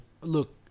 Look